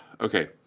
Okay